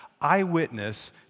eyewitness